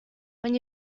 when